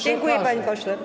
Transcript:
Dziękuję, panie pośle.